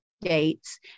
dates